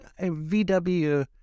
VW